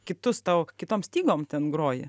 kitus tau kitom stygom ten groji